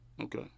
okay